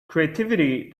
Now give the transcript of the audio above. creativity